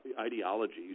ideologies